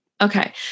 Okay